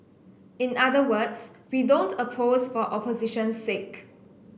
in other words we don't oppose for opposition's sake